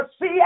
see